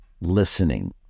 listening